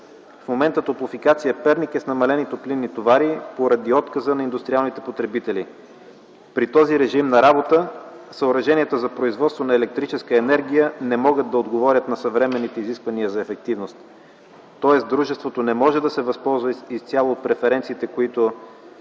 в момента „Топлофикация” Перник е с намалени топлинни товари поради отказа на индустриалните потребители. При този режим на работа съоръженията за производство на електрическа енергия не могат да отговорят на съвременните изисквания за ефективност. Тоест дружеството не може да се възползва изцяло от преференциите, които